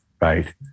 right